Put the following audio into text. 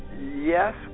Yes